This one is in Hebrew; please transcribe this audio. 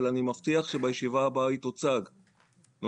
אבל אני מבטיח שהיא תוצג בישיבה הבאה.